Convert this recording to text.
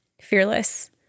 fearless